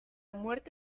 muerte